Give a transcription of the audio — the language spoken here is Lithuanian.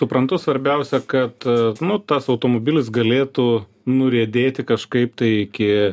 suprantu svarbiausia kad nu tas automobilis galėtų nuriedėti kažkaip tai iki